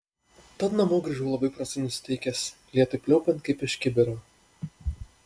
tad namo grįžau labai prastai nusiteikęs lietui pliaupiant kaip iš kibiro